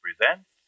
presents